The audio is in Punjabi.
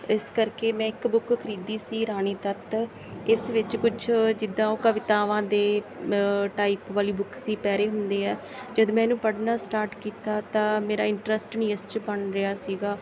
ਇਸ ਕਰਕੇ ਮੈਂ ਇੱਕ ਬੁੱਕ ਖਰੀਦੀ ਸੀ ਰਾਣੀ ਤੱਤ ਇਸ ਵਿੱਚ ਕੁਛ ਜਿੱਦਾਂ ਉਹ ਕਵਿਤਾਵਾਂ ਦੇ ਟਾਈਪ ਵਾਲੀ ਬੁੱਕ ਸੀ ਪੈਰ੍ਹੇ ਹੁੰਦੇ ਆ ਜਦ ਮੈਂ ਇਹਨੂੰ ਪੜ੍ਹਨਾ ਸਟਾਰਟ ਕੀਤਾ ਤਾਂ ਮੇਰਾ ਇੰਟਰਸਟ ਨਹੀਂ ਇਸ 'ਚ ਬਣ ਰਿਹਾ ਸੀਗਾ